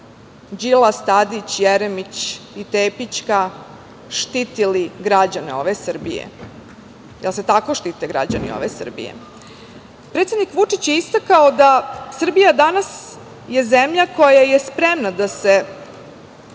Đilas, Tadić, Jeremić i Tepićka štitili građane ove Srbije. Jel se tako štite građani ove Srbije? Predsednik Vučić je istakao da Srbija danas je zemlja koja je spremna da se